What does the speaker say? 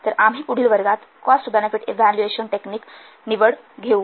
तर आम्ही पुढील वर्गात कॉस्ट बेनेफिट इव्हॅल्युएशन टेक्निक निवड घेऊ